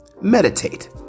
Meditate